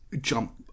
jump